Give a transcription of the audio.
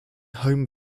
home